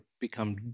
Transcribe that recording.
become